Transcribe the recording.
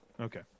okay